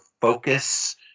focus